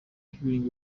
healing